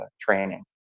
training